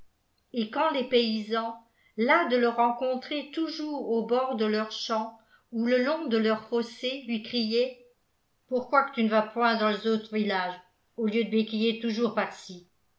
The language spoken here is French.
et uand les paysans las de le rencontrer tou jours au bord de leurs champs ou le long de leurs fossés lui criaient pourquoi qu tu n vas point dans l's autes villages au lieu d béquiller toujours